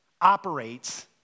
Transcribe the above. operates